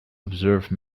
observe